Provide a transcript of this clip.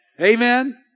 Amen